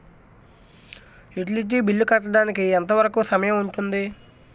Utility bill కట్టడానికి ఎంత వరుకు సమయం ఉంటుంది?